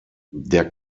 der